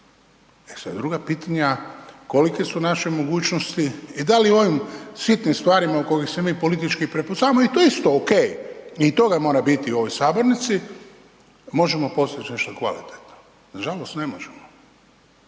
E sada su druga pitanja kolike su naše mogućnosti i da li u ovim sitnim stvarima oko kojih se mi politički prepucavamo i to je isto ok i toga mora biti u ovoj sabornici, možemo postići nešto kvalitetno. Nažalost ne možemo.